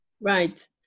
Right